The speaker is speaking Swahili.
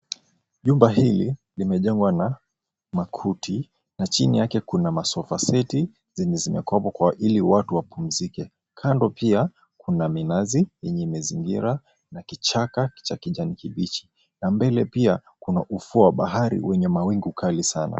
Nyumba hii imejengwa kwa makuti chini yake kuna masofa seti zenye zimeekwa apo ili watu wapumzike. Kando pia kuna minazi yenye imezingira na kichaka cha kijani kibichi na mbele pia kuna ufuo wa bahari wenye mawimbi makali sana.